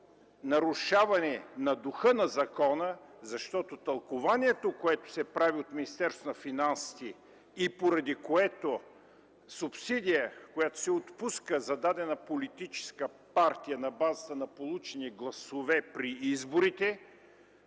нарушаване на духа на закона, защото тълкуванието, което се прави от Министерството на финансите и поради което субсидия, която се отпуска за дадена политическа партия на базата на получени гласове при изборите,